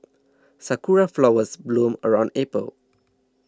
sakura flowers bloom around April